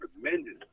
tremendous